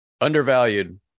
Undervalued